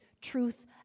truth